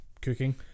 cooking